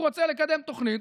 הוא רוצה לקדם תוכנית,